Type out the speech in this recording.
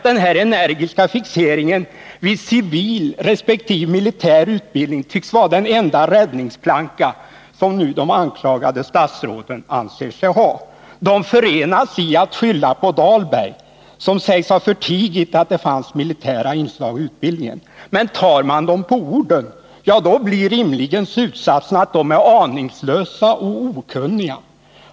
Denna energiska fixering vid civil resp. militär utbildning tycks vara den enda räddningsplanka som de nu anklagade statsråden anser sig ha. De förenas i att skylla på Benkt Dahlberg, som sägs ha förtigit att det fanns I militära inslag i utbildningen. Men tar man dem på orden, ja, då blir slutsatsen rimligen att de är aningslösa och okunniga.